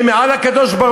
הם מעל הקדוש-ברוך-הוא?